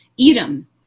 Edom